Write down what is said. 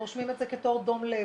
רושמים את זה כדום לב,